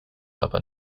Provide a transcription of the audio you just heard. aber